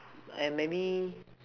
and maybe